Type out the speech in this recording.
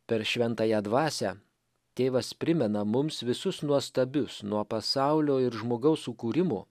per šventąją dvasią tėvas primena mums visus nuostabius nuo pasaulio ir žmogaus sukūrimo